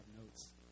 notes